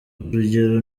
urugero